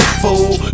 fool